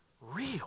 real